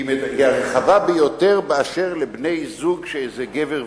היא הרחבה ביותר באשר לבני-זוג שהם גבר ואשה.